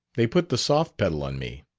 they put the soft pedal on me.